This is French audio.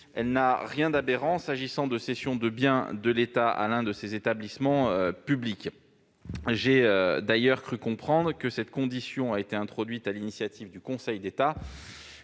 elle n'a rien d'aberrant, s'agissant de cessions de biens de l'État à l'un de ses établissements publics. J'ai d'ailleurs cru comprendre que cette condition a été introduite sur l'initiative du Conseil d'État